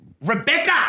Rebecca